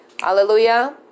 Hallelujah